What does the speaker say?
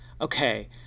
okay